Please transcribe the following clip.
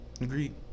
Agreed